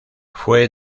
fue